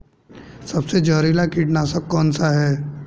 सबसे जहरीला कीटनाशक कौन सा है?